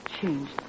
changed